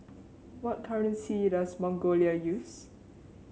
what currency does Mongolia use